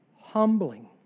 humbling